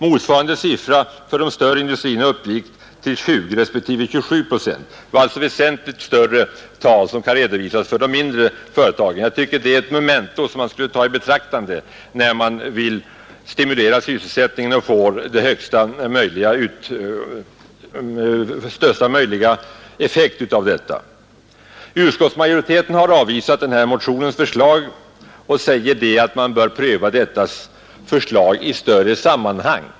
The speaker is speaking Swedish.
Motsvarande siffror för de större industrierna uppgick till 20 respektive 27 procent. Det är alltså väsentligt större tal som kan redovisas för de mindre företagen. Jag tycker att det är ett memento som man skall ta i betraktande när man vill stimulera sysselsättningen och få största möjliga effekt av insatserna. Utskottsmajoriteten har avvisat den här motionens förslag och säger att man bör pröva detta förslag i större sammanhang.